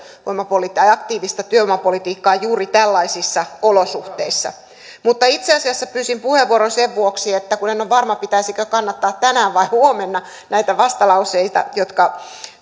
aktiivista työvoimapolitiikkaa juuri tällaisissa olosuhteissa itse asiassa pyysin puheenvuoron sen vuoksi kun en ole varma pitäisikö kannattaa tänään vai huomenna näitä vastalauseita jotka